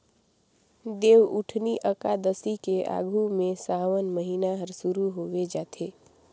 देवउठनी अकादसी के आघू में सावन महिना हर सुरु होवे जाथे